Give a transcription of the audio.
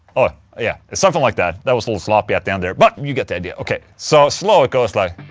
oh, yeah, it's something like that, that was a little sloppy at the end there, but you get the idea, ok. so, slow it goes like